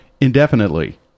indefinitely